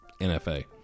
NFA